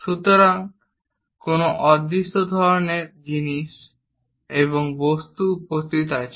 সুতরাং কোন অদৃশ্য ধরনের জিনিস এবং বস্তু উপস্থিত আছে